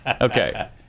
Okay